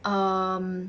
um